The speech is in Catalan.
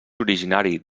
originari